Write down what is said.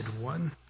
one